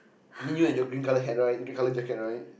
need you in your green colour hat right your red colour jacket right